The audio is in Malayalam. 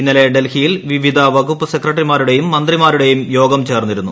ഇന്നലെ ഡൽഹിയിൽ വിവിധ വകുപ്പ് സെക്രട്ടറിമാരുടെയും മന്ത്രിമാരുടെയും യോഗം ചേർന്നിരുന്നു